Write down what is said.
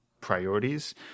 priorities